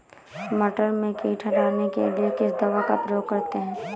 मटर में कीट हटाने के लिए किस दवा का प्रयोग करते हैं?